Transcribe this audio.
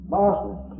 Boston